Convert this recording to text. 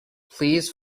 please